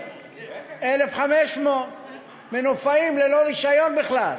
1,500. 1,500 מנופאים ללא רישיון בכלל,